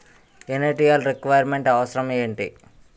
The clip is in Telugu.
ఇనిటియల్ రిక్వైర్ మెంట్ అవసరం ఎంటి?